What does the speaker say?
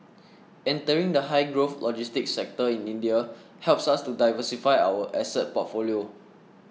entering the high growth logistics sector in India helps us to diversify our asset portfolio